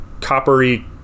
coppery